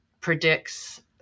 predicts